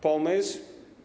Pomysł?